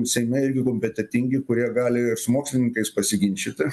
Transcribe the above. seime irgi kompetetingi kurie gali ir su mokslininkais pasiginčyti